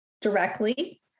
directly